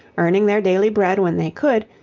earning their daily bread when they could,